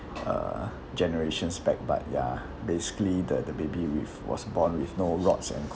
uh generations back but ya basically the the baby with was born with no rods and